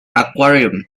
aquarium